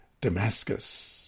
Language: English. Damascus